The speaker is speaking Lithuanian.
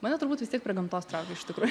mane turbūt vis tiek prie gamtos traukia iš tikrųjų